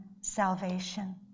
salvation